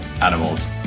animals